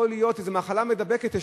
יכול להיות שיש להם מחלה מידבקת,